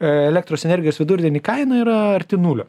elektros energijos vidurdienį kaina yra arti nulio